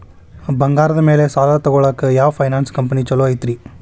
ಬಂಗಾರದ ಮ್ಯಾಲೆ ಸಾಲ ತಗೊಳಾಕ ಯಾವ್ ಫೈನಾನ್ಸ್ ಕಂಪನಿ ಛೊಲೊ ಐತ್ರಿ?